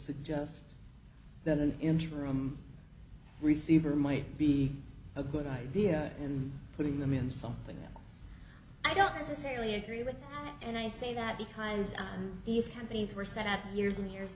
suggest that an engine room receiver might be a good idea and putting them in something that i don't necessarily agree with and i say that because these companies were set up years and years